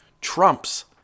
trumps